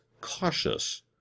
cautious